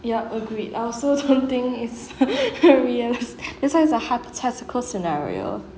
yup agreed I also think it~ realistic this [one] is a hypothetical scenario